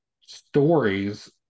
stories